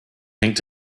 hängt